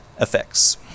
effects